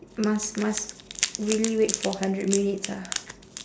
must must really wait for hundred minutes ah